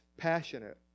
passionate